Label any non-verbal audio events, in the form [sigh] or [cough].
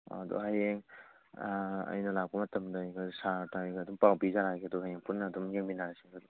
ꯑꯗꯣ ꯍꯌꯦꯡ ꯑꯩꯅ ꯂꯥꯛꯄ ꯃꯇꯝꯗ [unintelligible] ꯑꯗꯨꯝ ꯄꯥꯎ ꯄꯤꯖꯔꯛꯂꯒꯦ ꯑꯗꯨꯒ ꯍꯌꯦꯡ ꯄꯨꯟꯅ ꯑꯃꯨꯛ ꯌꯦꯡꯃꯤꯟꯅꯔꯁꯤ